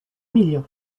million